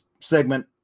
segment